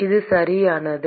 அது சரியானது